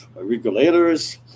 regulators